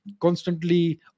constantly